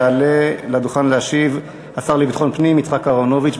יעלה לדוכן להשיב השר לביטחון הפנים יצחק אהרונוביץ,